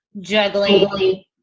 juggling